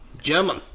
German